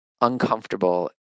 uncomfortable